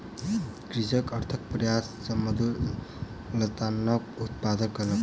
कृषक अथक प्रयास सॅ मधुर लतामक उत्पादन कयलक